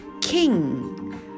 king